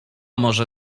może